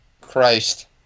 Christ